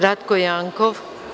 Ratko Jankov.